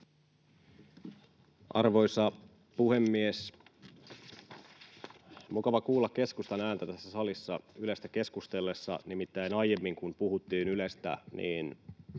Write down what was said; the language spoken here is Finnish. Arvoisa puhemies! Mukava kuulla keskustan ääntä tässä salissa Ylestä keskusteltaessa. Nimittäin kun aiemmin puhuttiin Ylestä,